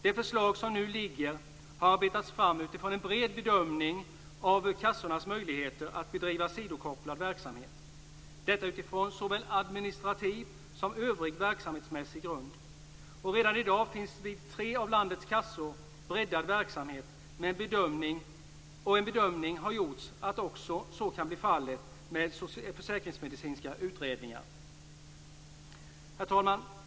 Det förslag som nu har lagts fram har arbetats fram utifrån en bred bedömning av kassornas möjligheter att bedriva sidokopplad verksamhet - detta utifrån såväl administrativ som övrig verksamhetsmässig grund. Redan i dag finns vid tre av landets kassor breddad verksamhet, och en bedömning har gjorts att så också kan bli fallet med försäkringsmedicinska utredningar. Herr talman!